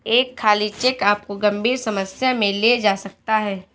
एक खाली चेक आपको गंभीर समस्या में ले जा सकता है